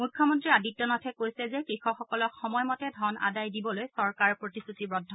মুখ্যমন্ত্ৰী আদিত্যনাথে কৈছে যে কৃষকসকলক সময়মতে ধন আদায় দিবলৈ চৰকাৰ প্ৰতিশ্ৰুতিবদ্ধ